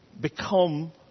become